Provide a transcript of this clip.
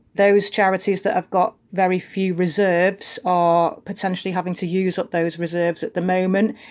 those charities that have got very few reserves are potentially having to use up those reserves at the moment.